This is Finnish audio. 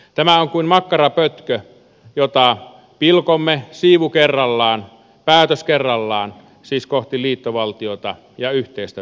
tämä on kuin makkarapötkö jota pilkomme siivu kerrallaan päätös kerrallaan siis kohti liittovaltiota ja yhteistä velkaa